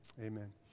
Amen